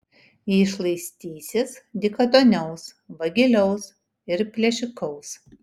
jie šlaistysis dykaduoniaus vagiliaus ir plėšikaus